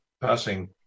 passing